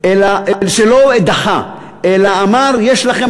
אלא אמר: יש לכם,